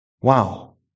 Wow